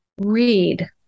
read